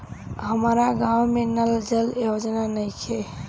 हमारा गाँव मे नल जल योजना नइखे?